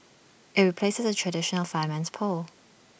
IT replaces the traditional fireman's pole